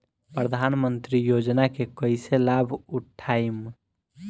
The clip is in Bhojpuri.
प्रधानमंत्री योजना के कईसे लाभ उठाईम?